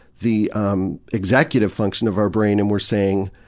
the um executive function of our brain, and we're saying